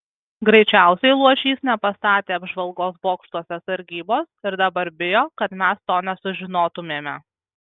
greičiausiai luošys nepastatė apžvalgos bokštuose sargybos ir dabar bijo kad mes to nesužinotumėme